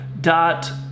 dot